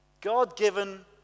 God-given